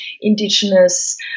indigenous